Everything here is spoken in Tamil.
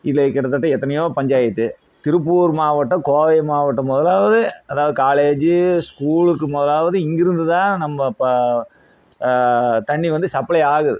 இதில் கிட்டத்தட்ட எத்தனையோ பஞ்சாயத்து திருப்பூர் மாவட்டம் கோவை மாவட்டம் முதலாவது அதாவது காலேஜு ஸ்கூலுக்கு முதலாவது இங்கிருந்துதான் நம்ப ப தண்ணீர் வந்து சப்ளை ஆகுது